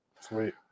Sweet